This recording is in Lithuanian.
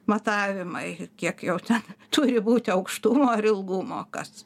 matavimai kiek jau ten turi būti aukštumo ar ilgumo kas